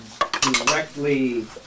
directly